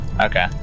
Okay